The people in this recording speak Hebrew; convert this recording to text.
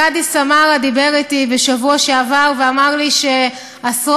הקאדי סמארה דיבר אתי בשבוע שעבר ואמר לי שעשרות